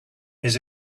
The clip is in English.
his